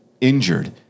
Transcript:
injured